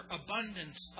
abundance